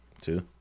Two